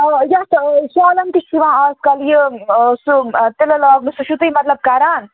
آ یَتھ شالَن تہِ چھِ یِوان اَز کَل یہِ سُہ تِلہٕ لاگنہٕ سُہ چھُو تُہۍ مطلب کَران